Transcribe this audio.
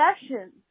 sessions